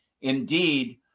indeed